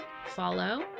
follow